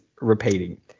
repeating